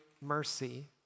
mercy